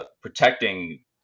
protecting